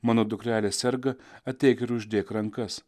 mano dukrelė serga ateik ir uždėk rankas